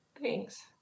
Thanks